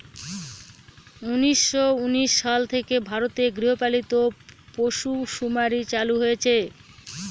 উনিশশো উনিশ সাল থেকে ভারতে গৃহপালিত পশুসুমারী চালু হয়েছে